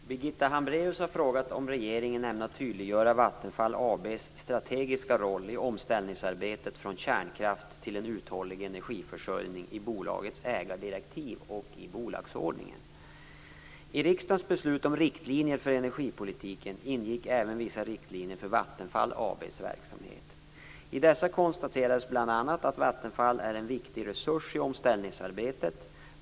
Fru talman! Birgitta Hambraeus har frågat om regeringen ämnar tydliggöra Vattenfall AB:s strategiska roll i omställningsarbetet från kärnkraft till en uthållig energiförsörjning i bolagets ägardirektiv och i bolagsordning. I riksdagens beslut om riktlinjer för energipolitiken ingick även vissa riktlinjer för Vattenfall AB:s verksamhet. I dessa konstaterades bl.a. att Vattenfall är en viktig resurs i omställningsarbetet.